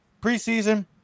preseason